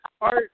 Art